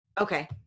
Okay